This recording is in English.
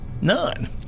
none